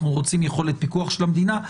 אנחנו רוצים יכולת פיקוח של המדינה,